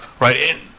right